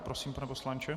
Prosím, pane poslanče.